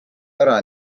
ära